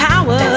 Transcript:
Power